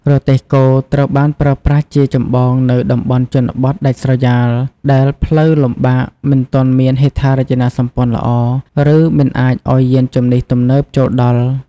រទេះគោ ត្រូវបានប្រើប្រាស់ជាចម្បងនៅ តំបន់ជនបទដាច់ស្រយាល ដែលផ្លូវលំបាក មិនទាន់មានហេដ្ឋារចនាសម្ព័ន្ធល្អ ឬមិនអាចឱ្យយានជំនិះទំនើបចូលដល់ ។